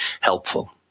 helpful